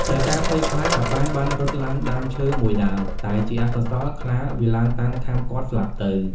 ដោយការភ័យខ្លាច តាប៉ែនបានរត់ឡើងដើមឈើមួយដើម តែជាអកុសល ខ្លាវាឡើងតាមខាំគាត់ស្លាប់ទៅ។